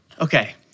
Okay